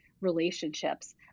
relationships